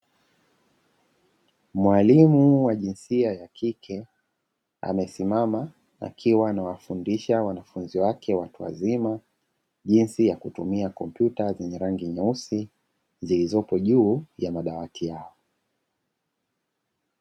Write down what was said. Mwalimu wa jinsia ya kike, amesimama akiwa anawafundisha wanafunzi wake watu wazima, jinsi ya kutumia kompyuta zenye rangi nyeusi zilizopo juu ya madawati yao.